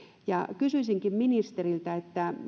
kysyisinkin ministeriltä